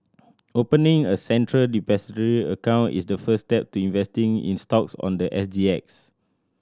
opening a Central Depository account is the first step to investing in stocks on the S G X